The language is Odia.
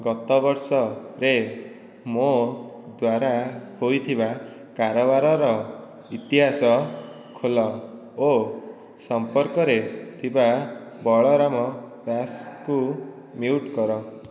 ଗତବର୍ଷରେ ମୋ ଦ୍ୱାରା ହୋଇଥିବା କାରବାରର ଇତିହାସ ଖୋଲ ଓ ସମ୍ପର୍କରେ ଥିବା ବଳରାମ ଦାସଙ୍କୁ ମ୍ୟୁଟ କର